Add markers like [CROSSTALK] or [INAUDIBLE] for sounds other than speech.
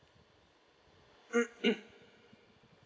[COUGHS]